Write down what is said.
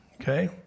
Okay